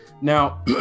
Now